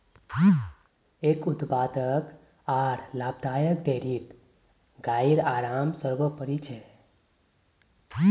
एक उत्पादक आर लाभदायक डेयरीत गाइर आराम सर्वोपरि छ